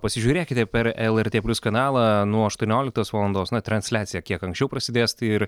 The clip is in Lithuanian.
pasižiūrėkite per lrt plius kanalą nuo aštonioliktos valandos na transliacija kiek anksčiau prasidės tai ir